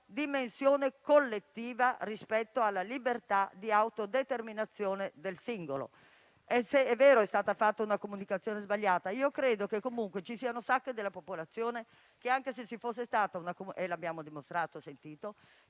dimensione collettiva, rispetto alla libertà di autodeterminazione del singolo. È vero che è stata fatta una comunicazione sbagliata, ma credo che comunque ci siano sacche della popolazione che, anche se ci fosse stata una comunicazione giusta, non